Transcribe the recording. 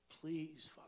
please